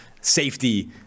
Safety